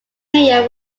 mayor